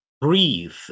breathe